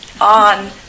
on